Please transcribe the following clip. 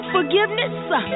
forgiveness